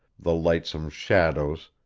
the lightsome shadows,